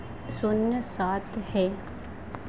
शून्य सात है